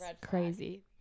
crazy